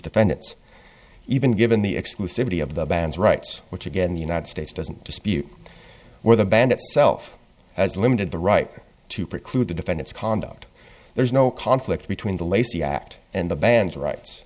defendants even given the exclusivity of the band's rights which again the united states doesn't dispute where the band itself has limited the right to preclude to defend its conduct there's no conflict between the lacy act and the bands rights